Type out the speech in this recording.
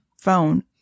phone